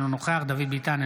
אינו נוכח דוד ביטן,